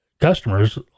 customers